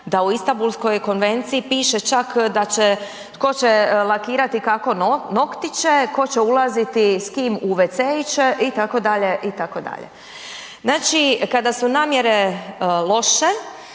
da u Istanbulskoj konvenciji piše čak da će, tko će lakirati kako noktiće, tko će ulaziti s kime u wc-iće itd., itd.. Znači kada su namjere loše,